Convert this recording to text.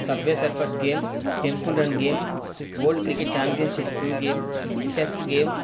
subway surfers game cream temple run game old cricket championship to game chess game